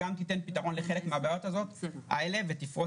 תיתן פתרון לחלק מהבעיות האלה ותפרוס